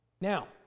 now